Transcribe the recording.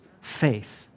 faith